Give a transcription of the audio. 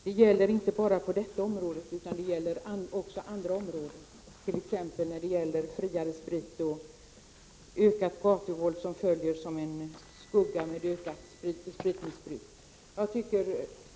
Det gäller inte bara på detta område, utan också andra områden, t.ex. fri sprit och det ökade gatuvåld som följer som en skugga med ökat spritmissbruk.